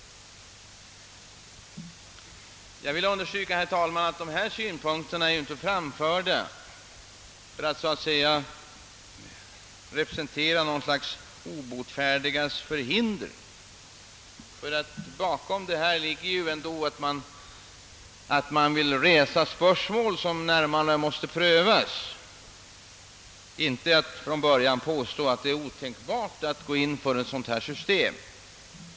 Jag vill understryka att dessa synpunkter inte är framförda för att så att säga representera något slags de obotfärdigas förhinder. Bakom detta ligger att man bör resa spörsmål som närmare bör prövas, inte för att från början påstå, att det är otänkbart att gå in för ett sådant här system.